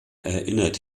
erinnert